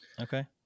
Okay